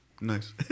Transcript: Nice